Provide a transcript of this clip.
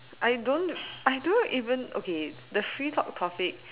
I don't I don't even okay the free talk topic